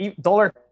dollar